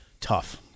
tough